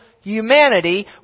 humanity